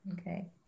Okay